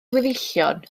weddillion